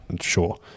sure